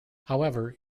however